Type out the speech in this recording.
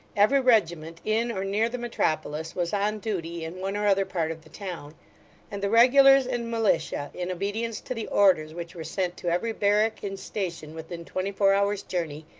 every regiment in or near the metropolis was on duty in one or other part of the town and the regulars and militia, in obedience to the orders which were sent to every barrack and station within twenty-four hours' journey,